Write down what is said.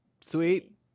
sweet